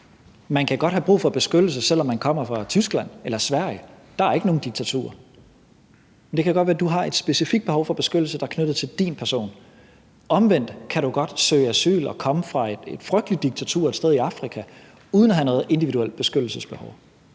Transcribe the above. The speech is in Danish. Man kan godt have brug for beskyttelse, selv om man kommer fra Tyskland eller Sverige. Dér er ikke nogen diktaturer. Men det kan godt være, at du har et specifikt behov for beskyttelse, der er knyttet til din person. Omvendt kan du jo godt søge asyl og komme fra et frygteligt diktatur et sted i Afrika uden at have noget individuelt beskyttelsesbehov.